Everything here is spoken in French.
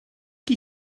qui